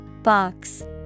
Box